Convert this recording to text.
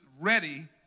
ready